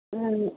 ਹਾਂਜੀ